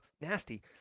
nasty